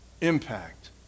impact